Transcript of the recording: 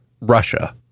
Russia